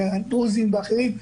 שהם דרוזים ואחרים,